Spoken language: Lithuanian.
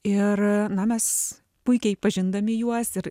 ir na mes puikiai pažindami juos ir